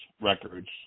records